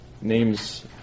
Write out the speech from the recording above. names